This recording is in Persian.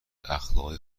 اخلاقای